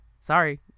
sorry